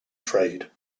trade